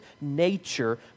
nature